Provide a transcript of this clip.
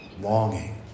Longing